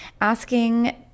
asking